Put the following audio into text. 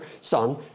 son